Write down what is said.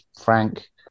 Frank